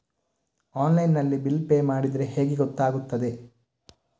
Online ನಲ್ಲಿ bill pay ಮಾಡಿದ್ರೆ ಹೇಗೆ ಗೊತ್ತಾಗುತ್ತದೆ?